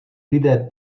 lidé